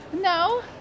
no